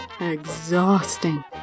Exhausting